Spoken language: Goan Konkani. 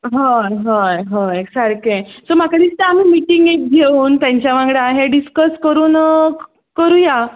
हय हय हय सारकें म्हाका दिसता आमी मिटींग एक घेवन तांचे वांगडा हें डिस्कस करून करूया